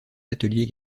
atelier